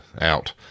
out